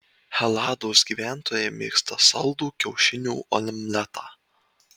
helados gyventojai mėgsta saldų kiaušinių omletą